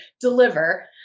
deliver